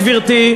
גברתי,